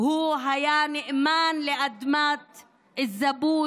הוא היה נאמן לאדמת אל-זבוד